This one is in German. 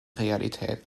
realität